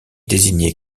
désigné